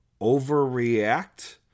overreact